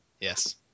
Yes